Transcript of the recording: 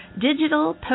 digital